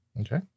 Okay